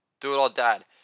Do-It-All-Dad